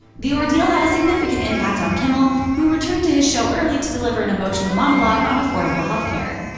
the ordeal had a significant impact on kimmel, who returned to his show early to deliver an emotional monologue on affordable healthcare.